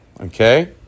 Okay